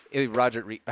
Roger